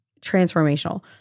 transformational